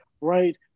right